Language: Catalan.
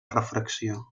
refracció